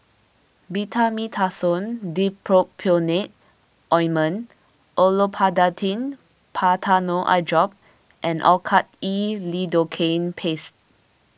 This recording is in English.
Betamethasone Dipropionate Ointment Olopatadine Patanol Eyedrop and Oracort E Lidocaine Paste